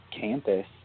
campus